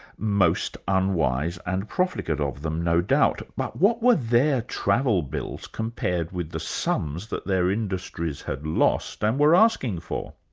most unwise and profligate of them, no doubt, but what were their travel bills, compared with the sums that their industries had lost and were asking for?